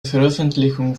veröffentlichung